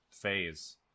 phase